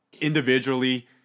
individually